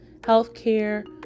healthcare